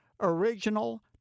original